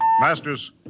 Masters